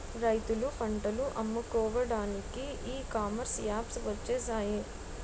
రైతులు పంటలు అమ్ముకోవడానికి ఈ కామర్స్ యాప్స్ వచ్చేసాయి